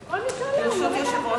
כל מי שעולה, הוא פוגע בו.